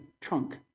trunk